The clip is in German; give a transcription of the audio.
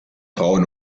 frauen